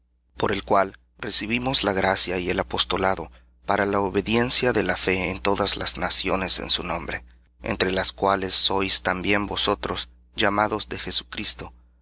por el cual recibimos la gracia y el apostolado para la obediencia de la fe en todas las naciones en su nombre entre las cuales sois también vosotros llamados de jesucristo